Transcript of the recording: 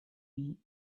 neat